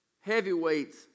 Heavyweights